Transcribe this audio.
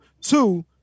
Two